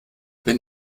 wenn